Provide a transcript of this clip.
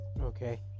Okay